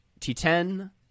T10